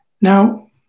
Now